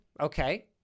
okay